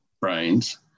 brains